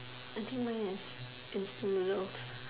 I think mine have instant noodles